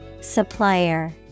Supplier